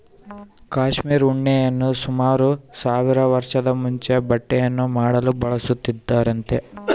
cashmere ಉಣ್ಣೆಯನ್ನು ಸುಮಾರು ಸಾವಿರ ವರ್ಷದ ಮುಂಚೆ ಬಟ್ಟೆಯನ್ನು ಮಾಡಲು ಬಳಸುತ್ತಿದ್ದರಂತೆ